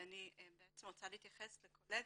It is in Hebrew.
ואני רוצה להתייחס לקולגות,